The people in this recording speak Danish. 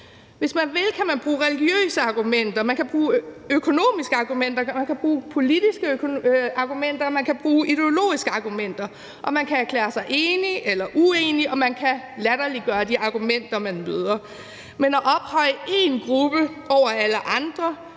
Hvis man vil, kan man bruge religiøse argumenter, man kan bruge økonomiske argumenter, man kan bruge politiske argumenter, og man kan bruge ideologiske argumenter. Man kan erklære sig enig eller uenig, og man kan latterliggøre de argumenter, man møder. Men at ophøje én gruppe over alle andre